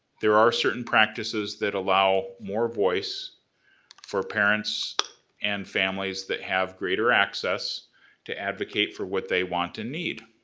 there are certain practices that allow more voice for parents and families that have greater access to advocate for what they want and need.